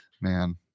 Man